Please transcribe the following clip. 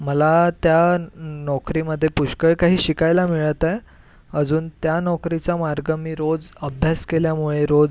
मला त्या नोकरीमधे पुष्कळ काही शिकायला मिळत आहे अजून त्या नोकरीचा मार्ग मी रोज अभ्यास केल्यामुळे रोज